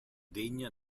degna